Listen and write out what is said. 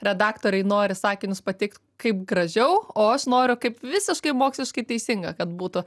redaktoriai nori sakinius pateikt kaip gražiau o aš noriu kaip visiškai moksliškai teisinga kad būtų